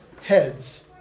heads